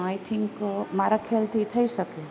આઈ think મારાં ખ્યાલથી થઈ શકે